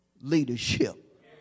leadership